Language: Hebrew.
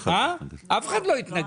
אף אחד לא התנגד,